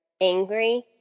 angry